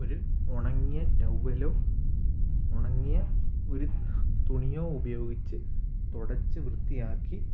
ഒരു ഉണങ്ങിയ ടവ്വലോ ഉണങ്ങിയ ഒരു തുണിയോ ഉപയോഗിച്ച് തുടച്ച് വൃത്തിയാക്കി